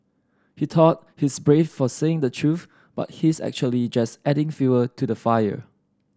he thought he's brave for saying the truth but he's actually just adding fuel to the fire